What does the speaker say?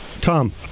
Tom